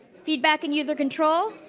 feedback and user control.